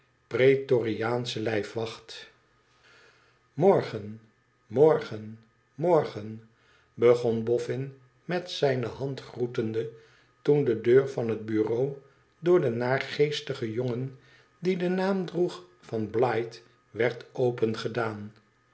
praetoriaansche lijfwacht morgen morgen morgen begon boffin met zijne hand groetende toen de deur van het bureau door den naargeestigen jonden die den naam droeg van biight werd